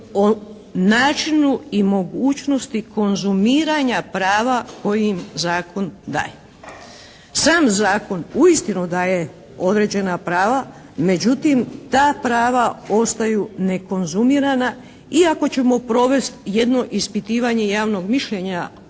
o načinu i mogućnosti konzumiranja prava koje im zakon daje. Sam zakon uistinu daje određena prava. Međutim, ta prava ostaju nekonzumirana. I ako ćemo provesti jedno ispitivanje javnog mišljenja